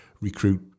recruit